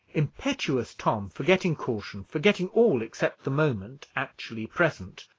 impetuous tom, forgetting caution, forgetting all except the moment actually present,